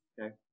Okay